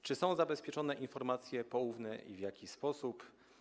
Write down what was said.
Czy są zabezpieczone informacje poufne i w jaki sposób?